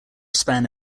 span